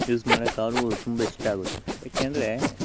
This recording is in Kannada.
ಯೂಸ್ ಮಾಡಕ್ಕೆ ಅವ್ರಿಗೂ ತುಂಬ ಇಷ್ಟ ಆಗುತ್ತೆ ಯಾಕೆಂದರೆ